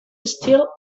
still